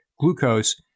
glucose